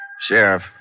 Sheriff